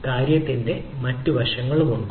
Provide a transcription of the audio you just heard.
കാര്യത്തിന്റെ മറ്റ് വശങ്ങളും ഉണ്ട്